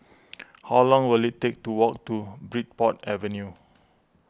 how long will it take to walk to Bridport Avenue